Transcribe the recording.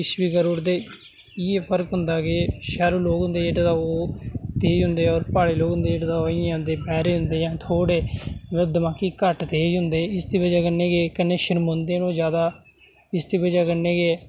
किश बी करू ओड़दे इ'यै फर्क होंदा कि शैह्रू लोक होंदे जेह्ड़े तां ओह् तेज होंदे होर प्हाड़ी लोग होंदे तां ओह् इयां होंदे बैह्रे होंदे जां थोह्ड़े दमाकी घट्ट तेज होंदे इसदी वजह कन्नै गै शर्मोंदे न ओह् ज्यादा इसदी वजह कन्नै गै